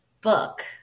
book